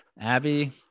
Abby